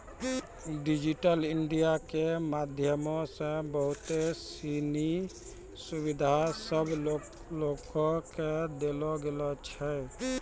digital India के माध्यमो से बहुते सिनी सुविधा सभ लोको के देलो गेलो छै